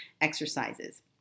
exercises